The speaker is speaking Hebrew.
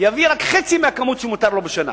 יביאו רק חצי מהכמות שמותר להן בשנה,